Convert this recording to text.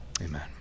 amen